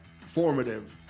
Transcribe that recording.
formative